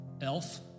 Elf